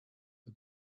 for